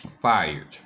fired